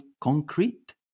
concrete